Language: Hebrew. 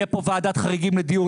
תהיה פה ועדת חריגים לדיור,